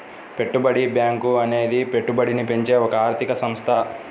పెట్టుబడి బ్యాంకు అనేది పెట్టుబడిని పెంచే ఒక ఆర్థిక సంస్థ